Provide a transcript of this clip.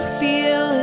feel